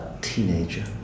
teenager